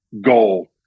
goal